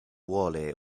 vuole